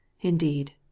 indeed